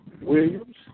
Williams